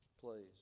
Please